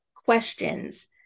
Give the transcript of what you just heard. questions